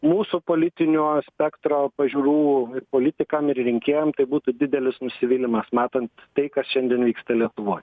mūsų politinio spektro pažiūrų politikam ir rinkėjam tai būtų didelis nusivylimas matant tai kas šiandien vyksta lietuvoj